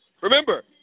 Remember